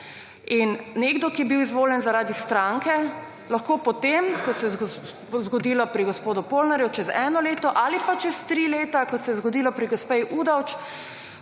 in nekdo, ki je bil izvoljen zaradi stranke, lahko potem, to se je zgodilo pri gospodu Polnarju, čez eno leto ali pa čez 3 leta, kot se je zgodilo pri gospe Udovč,